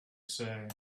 say